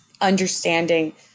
understanding